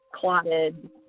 clotted